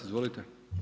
Izvolite.